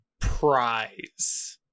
prize